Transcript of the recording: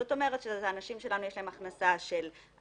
זאת אומרת שאלה אנשים שיש להם הכנסה של 2,800